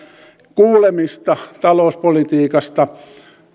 kuulemista talouspolitiikasta